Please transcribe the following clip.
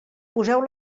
poseu